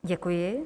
Děkuji.